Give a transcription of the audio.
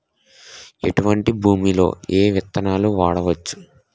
ఎటువంటి భూమిలో ఏ విత్తనాలు వాడవచ్చు?